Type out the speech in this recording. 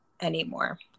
anymore